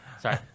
Sorry